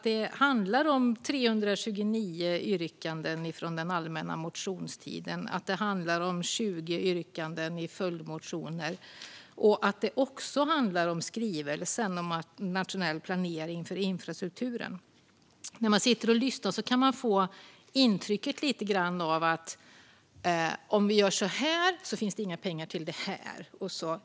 Det handlar om 329 yrkanden från den allmänna motionstiden, 20 yrkanden i följdmotioner och också skrivelsen om nationell planering för infrastrukturen. När man sitter och lyssnar kan man lite grann få intrycket att om vi gör så här finns det inga pengar till det där.